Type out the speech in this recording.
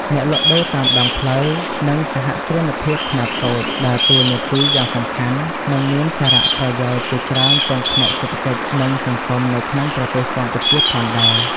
អ្នកលក់ដូរតាមដងផ្លូវ និងសហគ្រិនភាពខ្នាតតូចដើរតួនាទីយ៉ាងសំខាន់ និងមានសារៈប្រយោជន៍ជាច្រើនទាំងផ្នែកសេដ្ឋកិច្ច និងសង្គមនៅក្នុងប្រទេសកម្ពុជាផងដែរ ។